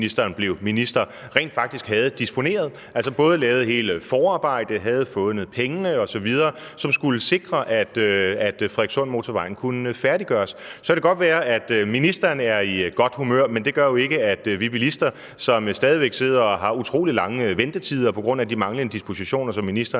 inden ministeren blev minister, rent faktisk havde disponeret, altså lavet hele forarbejdet, havde fundet pengene osv., som skulle sikre, at Frederikssundmotorvejen kunne færdiggøres. Så kan det godt være, at ministeren er i godt humør, men det hjælper jo ikke os bilister, som stadig væk sidder og har utrolig lange ventetider på grund af de dispositioner, som ministeren